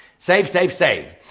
save, save, save!